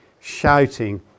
shouting